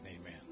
amen